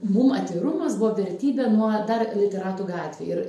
mum atvirumas buvo vertybė nuo dar literatų gatvėj ir